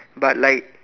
but like